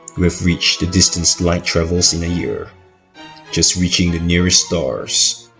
we've reached the distance light travels in a year just reaching the nearest stars